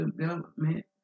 development